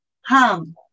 Hum